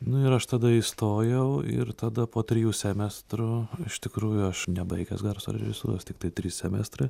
nu ir aš tada įstojau ir tada po trijų semestrų iš tikrųjų aš nebaigęs garso režisūros tiktai trys semestrai